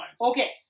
okay